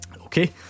Okay